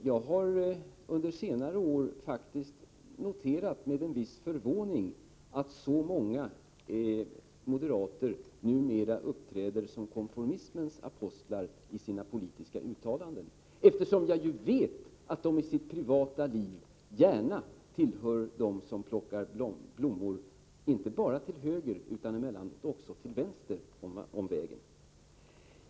Jag har under senare år faktiskt med en viss förvåning noterat att så många moderater numera uppträder som konformismens apostlar i sina politiska uttalanden, eftersom jag vet att de i sitt privata liv gärna tillhör dem som plockar blommor inte bara till höger utan emellanåt också till vänster om vägen.